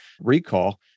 recall